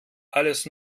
alles